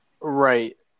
Right